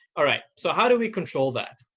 all right, so how do we control that?